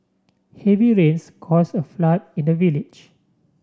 heavy rains cause a flood in the village